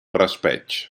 raspeig